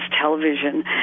Television